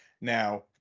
Now